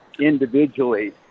individually